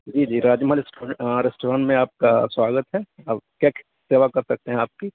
جی جی راج محل ریسٹورنٹ میں آپ کا سواگت ہے آپ کیا سیوا کر سکتے ہیں آپ کی